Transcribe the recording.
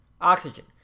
Oxygen